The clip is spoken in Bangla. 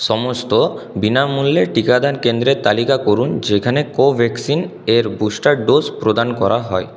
সমস্ত বিনামূল্য টিকাদান কেন্দ্রের তালিকা করুন যেখানে কোভ্যাক্সিনের বুস্টার ডোজ প্রদান করা হয়